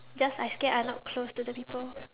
just I scared I not close to the people